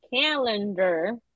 calendar